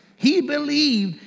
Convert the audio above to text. he believed,